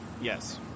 Yes